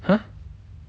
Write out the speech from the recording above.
!huh!